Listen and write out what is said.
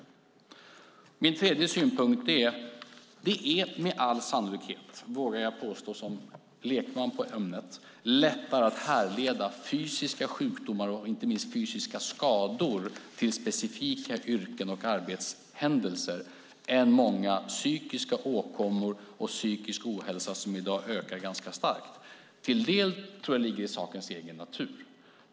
För det tredje vågar jag påstå, som lekman på området, att det med all sannolikhet är lättare att härleda fysiska sjukdomar och inte minst fysiska skador till specifika yrken och arbetshändelser än vad det är många psykiska åkommor och den psykiska ohälsa som i dag ökar starkt. Till del ligger det i sakens natur.